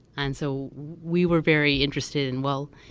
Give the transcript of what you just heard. and so we were very interested in, well,